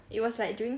it was like during